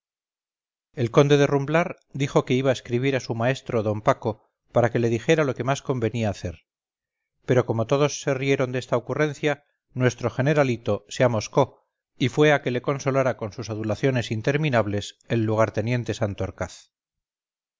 el conde de rumblar dijo que iba a escribir a su maestro d paco para que le dijera lo que más convenía hacer pero como todos se rieron de esta ocurrencia nuestro generalito se amoscó y fue a que le consolara con sus adulaciones interminables el lugarteniente santorcaz